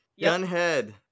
Gunhead